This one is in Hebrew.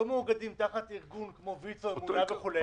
לא מאוגדים תחת ארגון כמו ויצ"ו, אמונה וכו',